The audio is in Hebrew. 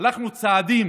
הלכנו צעדים